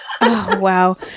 Wow